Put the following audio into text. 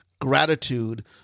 gratitude